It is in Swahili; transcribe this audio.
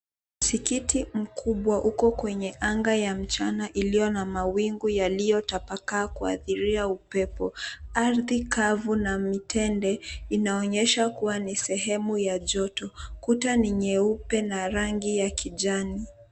Msikiti mkubwa uko kwenye anga ya mchana iliyo na mawingu yaliyotapakaa kuathiria upepo. Ardhi kavu na mitende, inaonyesha kuwa ni sehemu ya joto. Kuta ni nyeupe na rangi ya kijani.